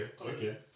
okay